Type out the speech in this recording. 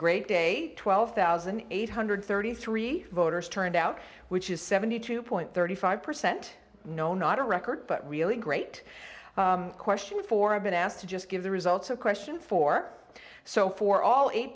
great day twelve thousand eight hundred and thirty three voters turned out which is seventy two thirty five percent no not a record but really great question for i've been asked to just give the results of question four so for all eight